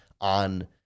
on